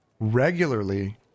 regularly